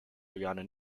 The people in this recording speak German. juliane